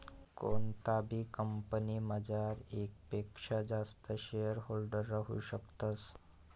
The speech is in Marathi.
कोणताबी कंपनीमझार येकपक्सा जास्त शेअरहोल्डर राहू शकतस